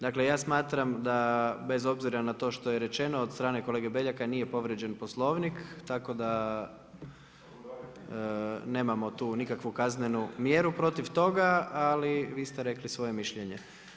Dakle, ja smatram da bez obzira na to što je rečeno od strane kolege Beljaka nije povrijeđen Poslovnik tako da nemamo tu nikakvu kaznenu mjeru protiv toga, ali vi ste rekli svoje mišljenje.